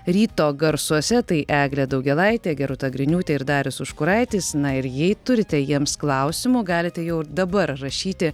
ryto garsuose tai eglė daugėlaitė gerūta griniūtė ir darius užkuraitis na ir jei turite jiems klausimų galite jau ir dabar rašyti